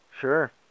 Sure